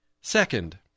Second